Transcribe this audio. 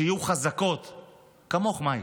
שיהיו חזקות כמוך, מאי.